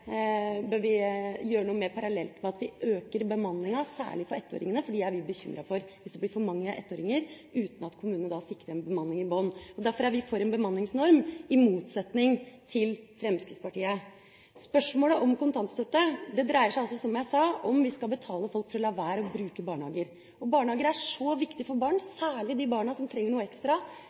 parallelt med at vi øker bemanninga. Særlig er vi bekymret for ettåringene – om det blir for mange ettåringer, uten at kommunene sikrer en bemanning i bånn. Derfor er vi for en bemanningsnorm – i motsetning til Fremskrittspartiet. Spørsmålet om kontantstøtte dreier seg, som jeg sa, om vi skal betale folk for å la være å bruke barnehager. Barnehager er så viktige for barn – særlig for barn som trenger noe ekstra,